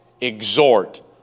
exhort